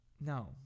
No